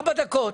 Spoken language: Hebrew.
לספור.